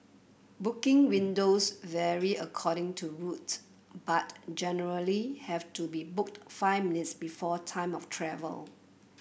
booking windows vary according to route but generally have to be booked five minutes before time of travel